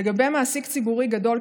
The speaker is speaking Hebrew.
לגבי מעסיק ציבורי גדול,